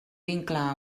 vincle